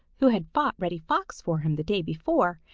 who had fought reddy fox for him the day before,